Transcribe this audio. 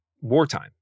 wartime